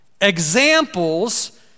examples